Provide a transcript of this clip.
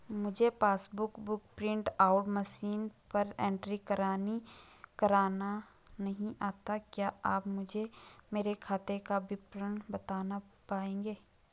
मुझे passbook book print out machine पर entry करना नहीं आता है क्या आप मुझे मेरे खाते का विवरण बताना पाएंगे?